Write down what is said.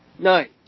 Nine